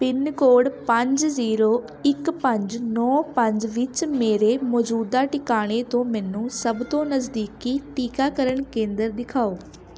pin code ਪੰਜ zero ਇੱਕ ਪੰਜ ਨੌ ਪੰਜ ਵਿੱਚ ਮੇਰੇ ਮੌਜੂਦਾ ਟਿਕਾਣੇ ਤੋਂ ਮੈਨੂੰ ਸਭ ਤੋਂ ਨਜ਼ਦੀਕੀ ਟੀਕਾਕਰਨ ਕੇਂਦਰ ਦਿਖਾਓ